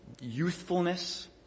youthfulness